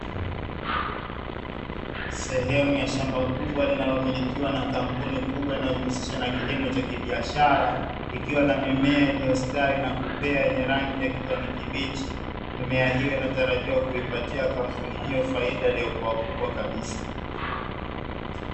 Sehemu ya shamba kubwa, linalomilikiwa na kampuni kubwa inayojihusisha na kilimo cha kibiashara, ikiwa na mimea yenye ustawi na kupea yenye rangi ya kijani kibichi. Mimea hiyo inatarajiwa kuipatia kampuni hiyo faida iliyokuwa kubwa kabisa.